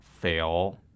fail